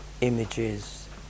images